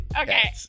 okay